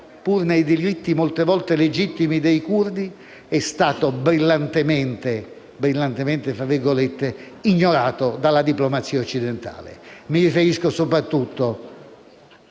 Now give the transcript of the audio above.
pur nei diritti, molte volte legittimi, dei curdi è stato "brillantemente" ignorato dalla diplomazia occidentale. Mi riferisco soprattutto